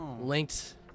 linked